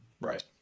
Right